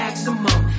maximum